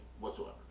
whatsoever